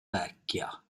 vecchia